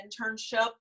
internship